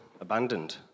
abandoned